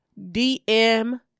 DM